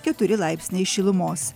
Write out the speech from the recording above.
keturi laipsniai šilumos